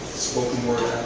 spoken word